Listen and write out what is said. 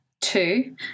two